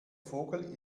vogel